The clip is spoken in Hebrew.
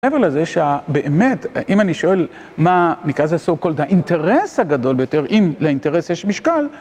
ה-level הזה שבאמת, אם אני שואל מה נקרא זה so called האינטרס הגדול ביותר, אם לאינטרס יש משקל.